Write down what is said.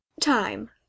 Time